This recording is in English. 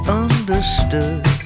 understood